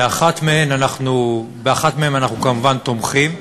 באחת מהן אנחנו כמובן תומכים,